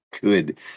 good